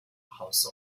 house